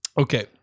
okay